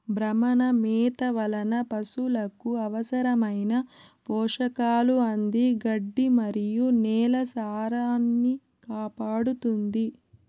భ్రమణ మేత వలన పసులకు అవసరమైన పోషకాలు అంది గడ్డి మరియు నేల సారాన్నికాపాడుతుంది